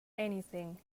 anything